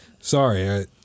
Sorry